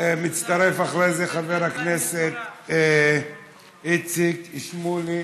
אחרי זה, חבר הכנסת איציק שמולי.